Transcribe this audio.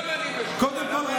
שני רבנים בשכונה.